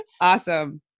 Awesome